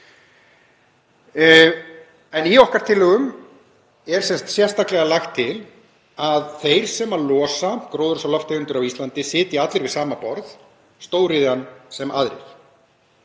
Í okkar tillögum er sem sagt sérstaklega lagt til að þeir sem losa gróðurhúsalofttegundir á Íslandi sitji allir við sama borð, stóriðjan sem aðrir.